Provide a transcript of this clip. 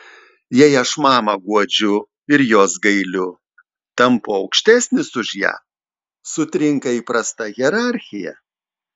jei aš mamą guodžiu ir jos gailiu tampu aukštesnis už ją sutrinka įprasta hierarchija